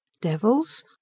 Devils